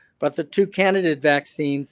but the two candidate vaccines